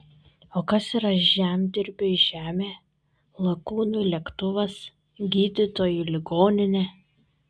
o kas yra žemdirbiui žemė lakūnui lėktuvas gydytojui ligoninė